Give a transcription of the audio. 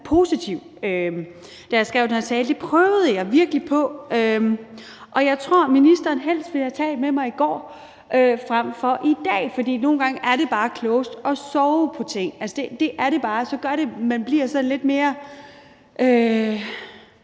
positiv, da jeg skrev den her tale. Det prøvede jeg virkelig på. Men jeg tror, ministeren hellere ville have talt med mig i går frem for i dag, for nogle gange er det bare klogest at sove på ting. Det er det bare. Det gør, at man bliver sådan lidt mere,